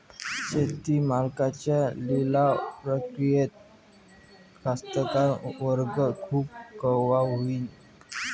शेती मालाच्या लिलाव प्रक्रियेत कास्तकार वर्ग खूष कवा होईन?